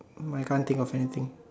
um I can't think of anything